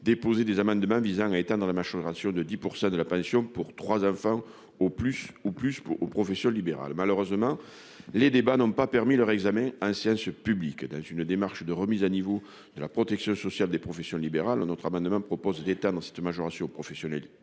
déposaient des amendements visant à étendre la majoration de 10 % de la pension pour trois enfants ou plus aux professions libérales. Malheureusement, les débats n'ont pas permis l'examen de ces amendements en séance publique. Dans une démarche de remise à niveau de la protection sociale des professions libérales, notre amendement prévoit d'étendre cette majoration aux professionnels